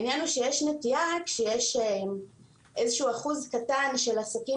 העניין הוא שיש נטייה כשיש איזשהו אחוז קטן של עסקים